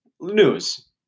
news